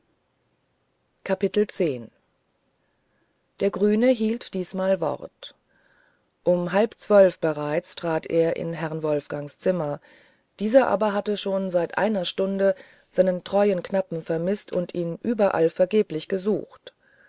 der grüne hielt diesmal wort um halb zwölf bereits trat er in herrn wolfgangs zimmer dieser aber hatte schon seit einer stunde seinen treuen knappen vermißt und ihn überall vergeblich gesucht